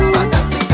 Fantastic